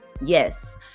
Yes